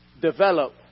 develop